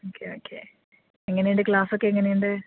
okay okay എങ്ങനെയുണ്ട് ക്ലാസ്സൊക്കെ എങ്ങനെയുണ്ട്